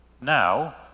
now